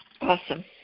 Awesome